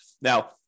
Now